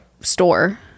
store